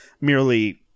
merely